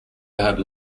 had